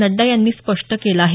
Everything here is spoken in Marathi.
नड्डा यांनी स्पष्ट केलं आहे